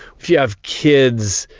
if you have kids,